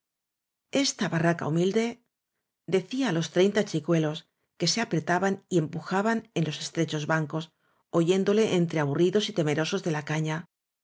esta barraca humilde decía á los trein ta chicuelos que se apretaban y empujaban en los estrechos bancos oyéndole entre aburridos y temerosos de la cañala